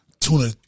Tuna